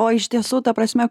o iš tiesų ta prasme